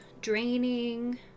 draining